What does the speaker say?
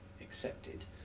accepted